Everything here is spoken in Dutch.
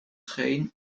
geen